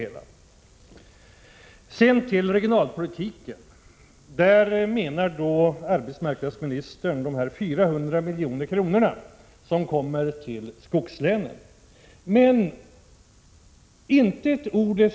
Med anslagen till regionalpolitik menar arbetsmarknadsministern de 400 miljoner som kommer skogslänen till del.